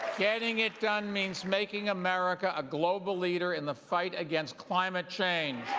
getting it done means making america a global leader in the fight against climate change.